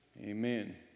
amen